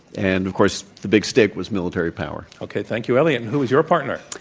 and, of course, the big stick was military power. okay. thank you, eliot. and who is your partner?